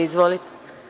Izvolite.